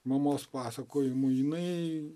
mamos pasakojimų jinai